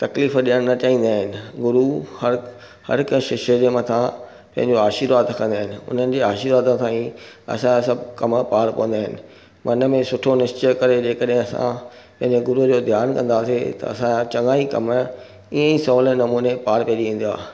तकलीफ़ ॾियणु न चाहींदा आहिनि गुरु हर हर कंहिं शिष्य जे मथां पंहिंजो आशीर्वाद रखंदा आहिनि उन्हनि जे आशीर्वाद ताईं असां सभु कमु पार पवंदा आहिनि मन में सुठो निश्चय करे जेकॾहिं असां पंहिंजे गुरूअ जो ध्यानु कंदासीं त असां चङा ई कम ईअं सभु सवले नमूने पार पइजी वेंदो आहे